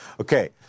Okay